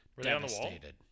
devastated